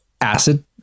acid